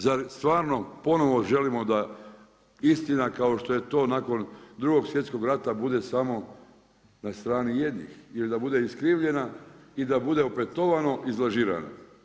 Zar stvarno ponovno želimo da istina, kao što je to nakon 2.sv.rata bude samo na strani jednih ili da bude iskrivljena i da bude opetovano i iz lažirano.